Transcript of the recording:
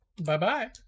Bye-bye